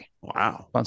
wow